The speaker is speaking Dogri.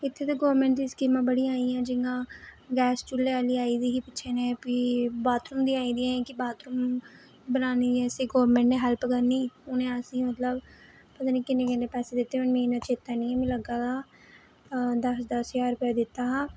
इत्थै ते गवर्नमेंट दियां स्कीमा बड़ियां आई गेइयां जि'यां गैस चूह्ले आह्ली आई गेई ही पिच्छें जेही फ्ही बाथरुम दियां आई हियां बाथरुम बनाने गी असें गवर्नमेंट ने हैल्प करनी उनें असें गी मतलब पता नेईं किन्ने किन्ने पैसे दित्ते होने मी इन्ना चेता नेईं मी लग्गै दा दस दस ज्हार रपेआ दित्ता हा